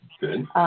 Good